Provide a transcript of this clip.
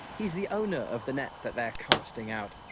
he's the owner of the net that they're casting out.